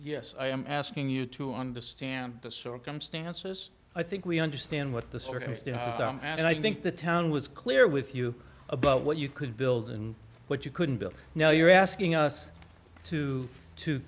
yes i am asking you to understand the circumstances i think we understand what the circumstance and i think the town was clear with you about what you could build and what you couldn't build now you're asking us to to